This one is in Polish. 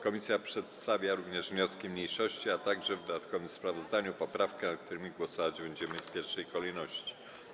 Komisja przedstawia również wnioski mniejszości, a także w dodatkowym sprawozdaniu poprawkę, nad którymi głosować będziemy w pierwszej kolejności.